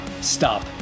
Stop